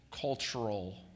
Cultural